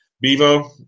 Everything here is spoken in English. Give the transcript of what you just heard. Bevo